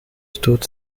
stood